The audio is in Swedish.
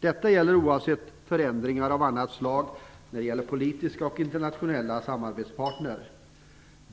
Detta gäller oavsett förändringar av annat slag när det gäller politiska och internationella samarbetspartner.